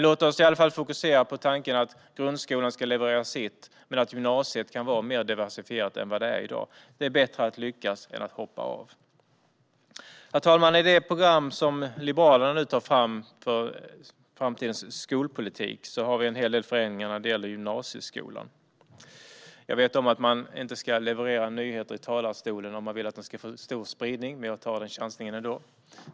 Låt oss i alla fall fokusera på tanken att grundskolan ska leverera sitt men att gymnasiet kan vara mer diversifierat än vad det är i dag. Det är bättre att lyckas än att hoppa av. Herr talman! I Liberalernas program för framtidens skolpolitik finns en del förändringar vad gäller gymnasieskolan. Jag vet att man inte ska leverera nyheter i talarstolen om man vill att de ska få stor spridning, men jag tar chansen ändå.